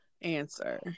answer